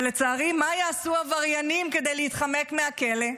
אבל לצערי, מה יעשו עבריינים כדי להתחמק מהכלא?